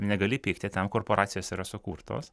negali pykti tam korporacijos yra sukurtos